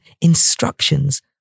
instructions